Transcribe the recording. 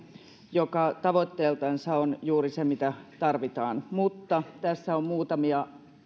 joka tavoitteeltansa on juuri se mitä tarvitaan mutta tässä on muutamia